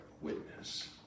witness